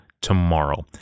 tomorrow